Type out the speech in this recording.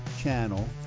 channel